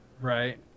Right